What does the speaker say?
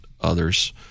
others